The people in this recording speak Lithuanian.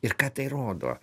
ir ką tai rodo